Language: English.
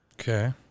Okay